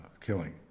killing